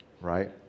right